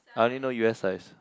I only know u_s size